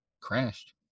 crashed